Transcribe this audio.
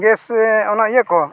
ᱥᱮ ᱚᱱᱟ ᱤᱭᱟᱹᱠᱚ